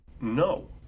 No